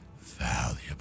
valuable